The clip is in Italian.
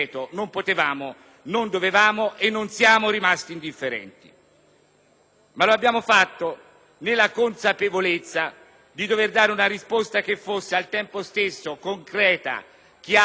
Lo abbiamo fatto nella consapevolezza di dover dare una risposta che fosse al tempo stesso concreta, chiara, efficace e soprattutto basata